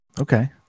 Okay